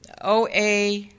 OA